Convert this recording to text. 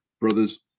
brothers